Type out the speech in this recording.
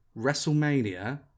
Wrestlemania